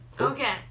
Okay